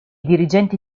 dirigenti